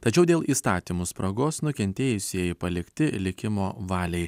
tačiau dėl įstatymų spragos nukentėjusieji palikti likimo valiai